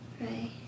Right